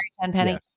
Tenpenny